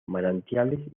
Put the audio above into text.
manantiales